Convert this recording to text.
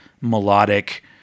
melodic